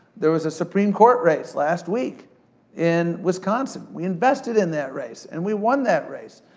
there was a supreme court race last week in wisconsin. we invested in that race, and we won that race.